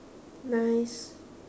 nice